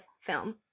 film